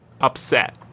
upset